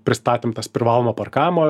pristatėm tas privalomo parkavimo